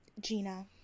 Gina